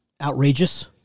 Outrageous